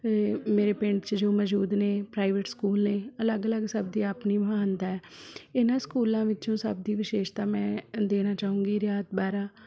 ਮੇਰੇ ਪਿੰਡ 'ਚ ਜੋ ਮੌਜੂਦ ਨੇ ਪ੍ਰਾਈਵੇਟ ਸਕੂਲ ਨੇ ਅਲੱਗ ਅਲੱਗ ਸਭ ਦੀ ਆਪਣੀ ਮਹਾਨਤਾ ਹੈ ਇਹਨਾਂ ਸਕੂਲਾਂ ਵਿੱਚੋਂ ਸਭ ਦੀ ਵਿਸ਼ੇਸ਼ਤਾ ਮੈਂ ਦੇਣਾ ਚਾਹੂੰਗੀ ਰਿਆਤ ਬਾਹਰਾ